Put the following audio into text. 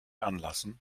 anlassen